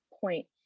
point